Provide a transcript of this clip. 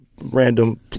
random